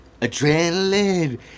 Adrenaline